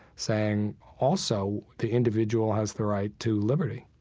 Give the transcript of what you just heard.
saying also the individual has the right to liberty